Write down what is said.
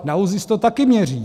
Na ÚZIS to taky měří.